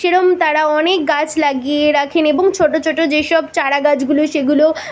সেরম তারা অনেক গাছ লাগিয়ে রাখেন এবং ছোটো ছোটো যেসব চারা গাছগুলো সেগুলোও